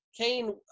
Cain